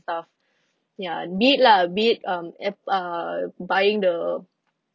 staff ya be it lah be it um ep~ uh buying the